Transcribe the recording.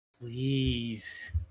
please